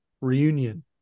reunion